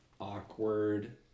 awkward